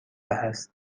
هست